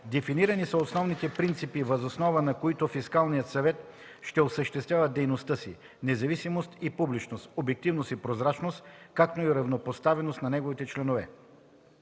Дефинирани са основните принципи, въз основа на които Фискалният съвет ще осъществява дейността си: независимост и публичност, обективност и прозрачност, както и равнопоставеност на неговите членове.